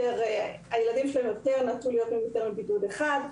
הילדים בה נטו להיות ביותר מאשר בידוד אחד,